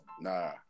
Nah